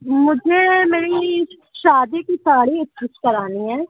مجھے میری شادی کی ساڑی اسٹچ کرانی ہے